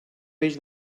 peix